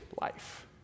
life